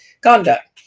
conduct